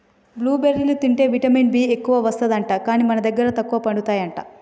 blue బెర్రీలు తింటే vitamin B ఎక్కువస్తది అంట, కానీ మన దగ్గర తక్కువ పండుతాయి అంట